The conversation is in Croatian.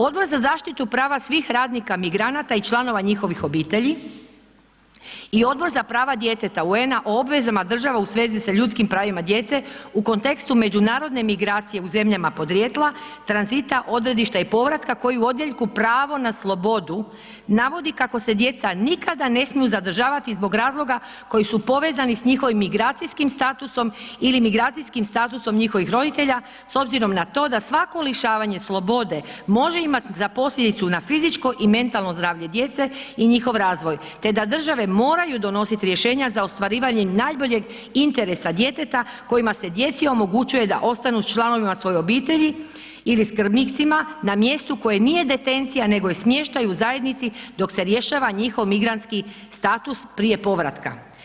Odbor za zaštitu prava svih radnika migranata i članova njihovih obitelji i Odbor za prava djeteta UN-a o obvezama država u svezi sa ljudskim pravima djece u kontekstu međunarodne migracije u zemljama podrijetla, tranzita, odredišta i povratka koji u odjeljku pravo na slobodu navodi kako se djeca nikada ne smiju zadržavati zbog razloga koji su povezani s njihovim migracijskim statusom ili migracijskim statusom njihovih roditelja s obzirom na to da svako lišavanje slobode može imat za posljedicu na fizičko i mentalno zdravlje djece i njihov razvoj, te da države moraju donosit rješenja za ostvarivanje najboljeg interesa djeteta kojima se djeci omogućuje da ostanu s članovima svojih obitelji ili skrbnicima na mjestu koje nije detencija nego je smještaj u zajednici dok se rješava njihov migrantski status prije povratka.